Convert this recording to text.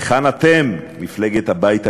היכן את, מפלגת הבית היהודי?